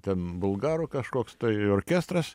ten bulgarų kažkoks tai orkestras